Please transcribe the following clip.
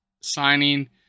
signing